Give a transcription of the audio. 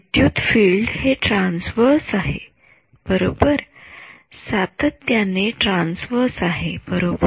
विद्युत फील्ड हे ट्रान्सवर्स आहे बरोबर सातत्याने ट्रान्सवर्स आहे बरोबर